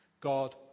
God